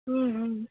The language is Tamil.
ம்ம்